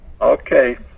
Okay